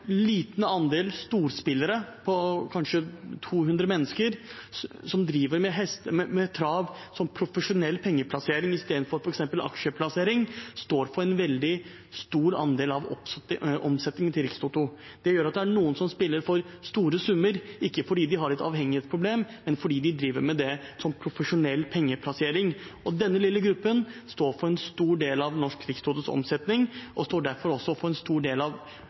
liten andel storspillere på kanskje 200 mennesker, som driver med trav som profesjonell pengeplassering i stedet for f.eks. å plassere pengene i aksjer, står for en veldig stor andel av omsetningen til Rikstoto. Det gjør at det er noen som spiller for store summer, ikke fordi de har et avhengighetsproblem, men fordi de driver med det som profesjonell pengeplassering. Denne lille gruppen står for en stor del av Norsk Rikstotos omsetning, og de står derfor også for en stor del av